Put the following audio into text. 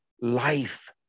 life